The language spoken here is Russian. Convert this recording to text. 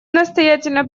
настоятельно